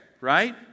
right